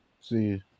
See